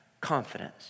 confidence